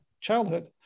childhood